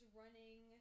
running